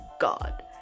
god